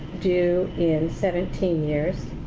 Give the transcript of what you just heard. due in seventeen years.